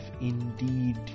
indeed